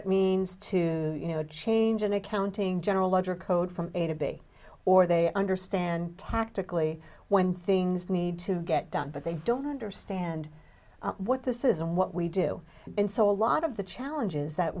it means to you know change in accounting general ledger code from a to b or they understand tactically when things need to get done but they don't understand what this is and what we do and so a lot of the challenges that